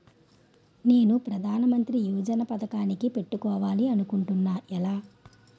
నేను ప్రధానమంత్రి యోజన పథకానికి పెట్టుకోవాలి అనుకుంటున్నా ఎలా?